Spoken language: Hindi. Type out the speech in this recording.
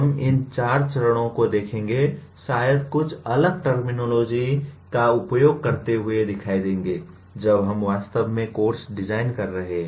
हम इन 4 चरणों को देखेंगे शायद कुछ अलग टर्मिनोलॉजी का उपयोग करते हुए दिखाई देंगे जब हम वास्तव में कोर्स डिजाइन कर रहे हैं